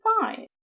five